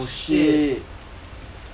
oh shit